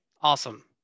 awesome